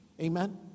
Amen